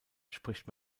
spricht